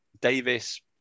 Davis